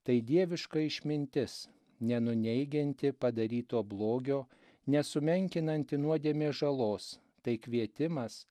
tai dieviška išmintis nenuneigianti padaryto blogio nesumenkinanti nuodėmės žalos tai kvietimas